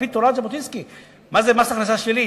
על-פי תורת ז'בוטינסקי מה זה מס הכנסה שלילי.